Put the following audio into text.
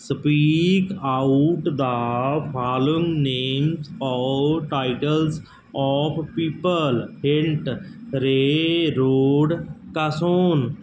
speak out the Falun names or titles of people hint ray road ਕਾਸੋਨ